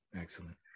Excellent